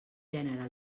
gènere